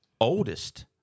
oldest